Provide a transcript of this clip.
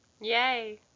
Yay